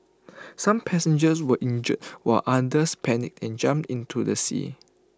some passengers were injured while others panicked and jumped into the sea